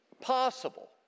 possible